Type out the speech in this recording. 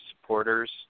supporters